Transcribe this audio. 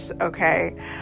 okay